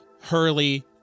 Hurley-